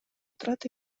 отурат